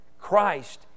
Christ